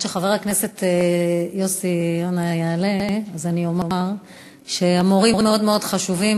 עד שחבר הכנסת יוסי יונה יעלה אני אומר שהמורים מאוד מאוד חשובים,